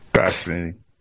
Fascinating